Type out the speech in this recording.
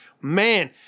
Man